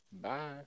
Bye